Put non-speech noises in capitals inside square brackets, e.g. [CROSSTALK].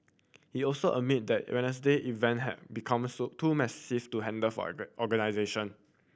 he also admit that Wednesday event had become so too massive to handle for a [UNINTELLIGIBLE] organization